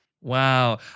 Wow